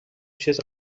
چیز